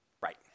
right